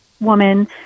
woman